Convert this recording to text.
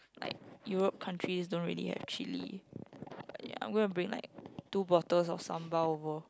like Europe countries don't really have chilli I'm going to bring like two bottles of sambal over